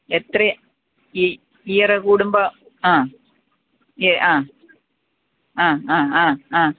എത്രയാണ് ഇയറ് കൂടുമ്പം യെ ആ ആ ആ ആ ആ